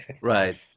Right